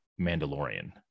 Mandalorian